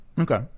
Okay